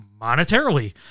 monetarily